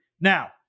Now